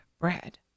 bread